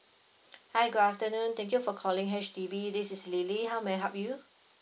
hi good afternoon thank you for calling H_D_B this is lily how may I help you